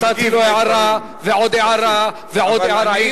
נתתי לו הערה ועוד הערה ועוד הערה.